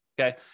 okay